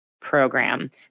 program